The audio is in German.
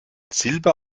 silber